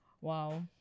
wow